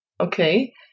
okay